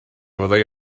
fyddai